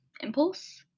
impulse